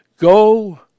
go